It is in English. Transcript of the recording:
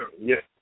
Yes